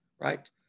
Right